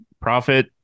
profit